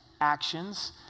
Actions